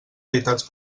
editats